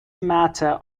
matter